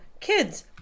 kids